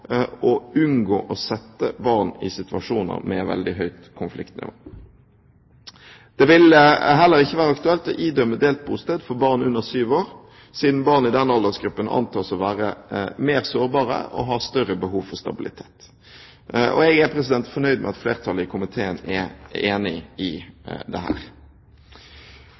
å unngå å sette barn i situasjoner med veldig høyt konfliktnivå. Det vil heller ikke være aktuelt å idømme delt bosted for barn under sju år, siden barn i den aldersgruppen antas å være mer sårbare og ha større behov for stabilitet. Jeg er fornøyd med at flertallet i komiteen er enig i